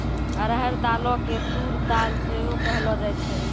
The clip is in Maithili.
अरहर दालो के तूर दाल सेहो कहलो जाय छै